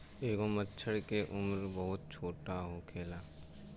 एगो मछर के उम्र बहुत छोट होखेला